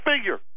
figure